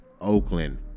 Oakland